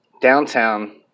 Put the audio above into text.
downtown